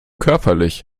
körperlich